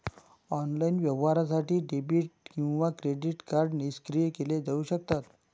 online व्यवहारासाठी debit किंवा credit card निष्क्रिय केले जाऊ शकतात